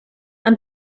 and